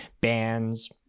bands